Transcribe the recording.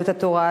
יהדות התורה,